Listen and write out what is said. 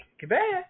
Goodbye